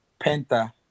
Penta